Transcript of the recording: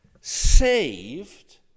saved